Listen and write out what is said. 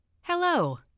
Hello